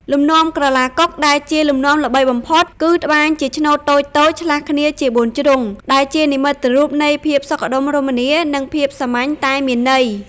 លំនាំ ក្រឡាកុក ដែលជាលំនាំល្បីបំផុត គឺត្បាញជាឆ្នូតតូចៗឆ្លាស់គ្នាជាបួនជ្រុង ដែលជានិមិត្តរូបនៃភាពសុខដុមរមនា និងភាពសាមញ្ញតែមានន័យ។